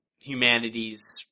humanity's